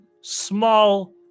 small